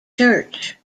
church